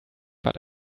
but